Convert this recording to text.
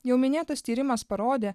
jau minėtas tyrimas parodė